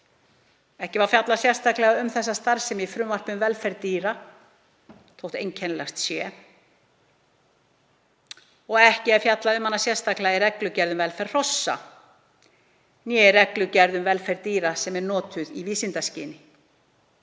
Ekki var fjallað sérstaklega um þessa starfsemi í frumvarpi um velferð dýra, þótt einkennilegt sé, og ekki er fjallað um hana sérstaklega í reglugerð um velferð hrossa, né í reglugerð um velferð dýra sem notuð eru í vísindaskyni.